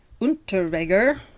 Unterweger